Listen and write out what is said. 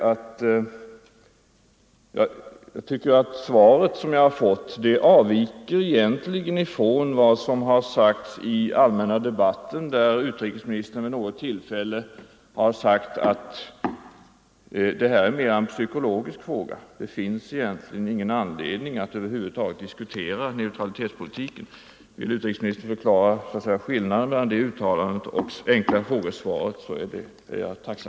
Det svar jag har fått avviker en del från vad som har sagts i den allmänna debatten, där utrikesministern vid något tillfälle har uttalat att detta med neutralitetsförbehåll mera är en psykologisk fråga. Det skulle egentligen inte finnas någon anledning att alls diskutera neutralitetspolitiken i detta sammanhang. Jag vore tacksam om utrikesministern ville förklara skillnaden mellan det uttalandet och svaret på min enkla fråga.